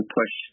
push